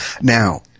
Now